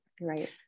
Right